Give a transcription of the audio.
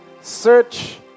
Search